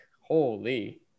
holy